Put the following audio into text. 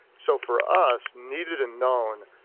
so for us, needed and known.